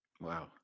Wow